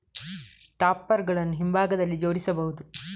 topper ಗಳನ್ನು ಹಿಂಭಾಗದಲ್ಲಿ ಜೋಡಿಸಬಹುದು